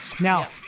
Now